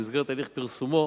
ובמסגרת הליך פרסומו